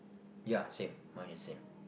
ya same mine is same